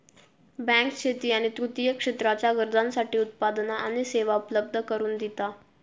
bank शेती आणि तृतीय क्षेत्राच्या गरजांसाठी उत्पादना आणि सेवा उपलब्ध करून दिता